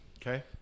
Okay